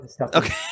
Okay